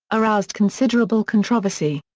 aroused considerable controversy.